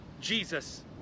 Jesus